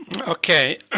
okay